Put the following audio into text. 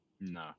No